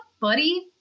buddy